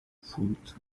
food